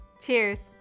Cheers